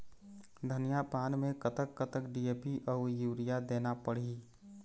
धनिया पान मे कतक कतक डी.ए.पी अऊ यूरिया देना पड़ही?